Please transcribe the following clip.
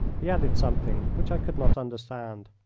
he added something which i could not understand.